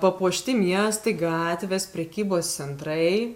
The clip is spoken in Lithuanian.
papuošti miestai gatvės prekybos centrai